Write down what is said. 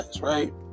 right